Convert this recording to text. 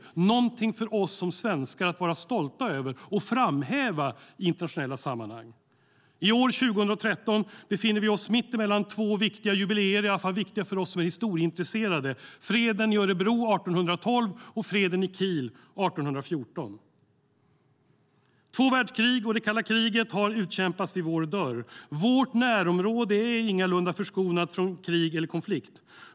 Det är någonting för oss svenskar att vara stolta över och framhäva i internationella sammanhang. I år 2013 befinner vi oss mitt emellan två viktiga jubileer - i alla fall viktiga för oss som är historieintresserade - nämligen freden i Örebro 1812 och freden i Kiel 1814. Två världskrig och det kalla kriget har utkämpats vid vår dörr. Vårt närområde är ingalunda förskonat från krig eller konflikt.